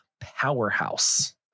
powerhouse